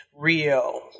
Rio